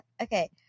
okay